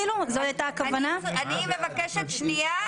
ואני מגישה רביזיה.